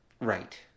right